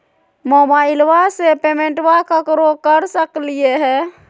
मोबाइलबा से पेमेंटबा केकरो कर सकलिए है?